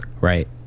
right